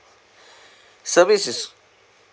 service is